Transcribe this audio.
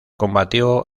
combatió